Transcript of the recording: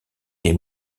des